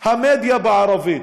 המדיה בערבית?